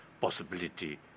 possibility